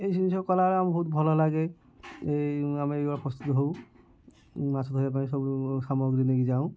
ଏଇ ସବୁ କଲାବେଳେ ଆମକୁ ବହୁତ ଭଲ ଲାଗେ ଏଇ ଆମେ ଏଇ ପ୍ରସ୍ତୁତ ହେଉ ମାଛ ଧରିବା ପାଇଁ ସବୁ ସାମଗ୍ରୀ ନେଇକି ଯାଉ